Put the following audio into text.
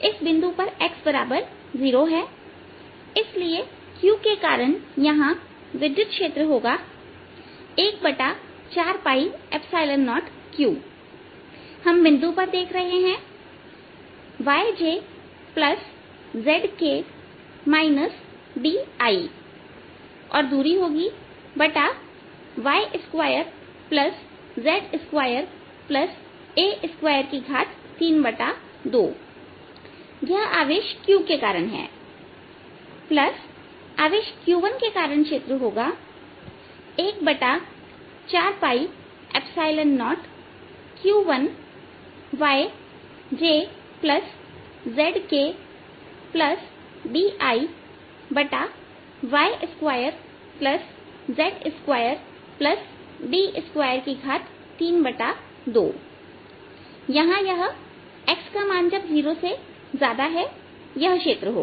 इस बिंदु पर x0 है इसलिए q के कारण यहां विद्युत क्षेत्र होगा 140qहम बिंदु पर देख रहे हैं y jz k d iy2z2d232यह आवेश q के कारण क्षेत्र है आवेश q1 के कारण क्षेत्र होगा140q1y jz kd iy2z2d232 यहांx0 में यह क्षेत्र होगा